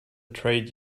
trade